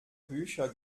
bücher